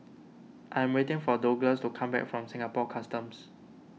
I am waiting for Douglas to come back from Singapore Customs